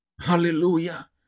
Hallelujah